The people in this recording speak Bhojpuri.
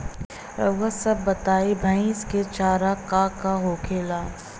रउआ सभ बताई भईस क चारा का का होखेला?